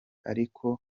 ariko